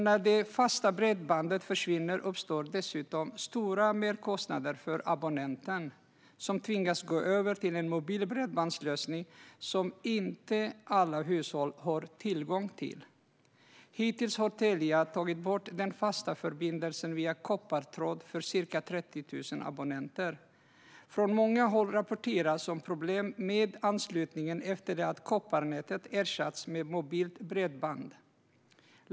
När det fasta bredbandet försvinner uppstår dessutom stora merkostnader för abonnenten, som tvingas gå över till en mobil bredbandslösning som inte alla hushåll har tillgång till. Hittills har Telia tagit bort den fasta förbindelsen via koppartråd för ca 30 000 abonnenter. Från många håll rapporteras om problem med anslutningen efter det att kopparnätet ersatts med mobilt bredband.